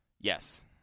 Yes